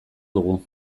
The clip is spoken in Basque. dugu